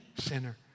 sinner